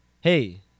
Hey